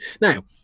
Now